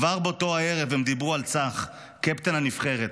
כבר באותו הערב הם דיברו על צח, קפטן הנבחרת.